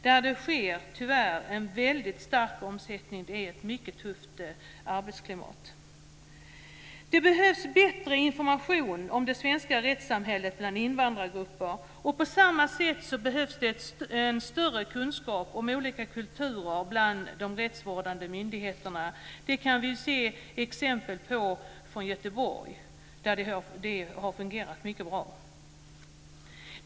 Där är det tyvärr en väldigt stor omsättning. Det är ett tufft arbetsklimat. Det behövs bättre information om det svenska rättssamhället bland invandrargrupper. På samma sätt behövs det större kunskap om olika kulturer bland de rättsvårdande myndigheterna. Det kan vi se exempel på från Göteborg, där det har fungerat mycket bra.